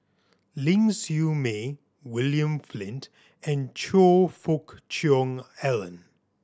Ling Siew May William Flint and Choe Fook Cheong Alan